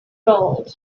gold